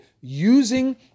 using